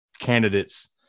candidates